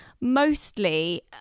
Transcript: mostly